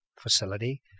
facility